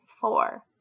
four